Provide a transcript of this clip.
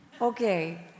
Okay